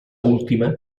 última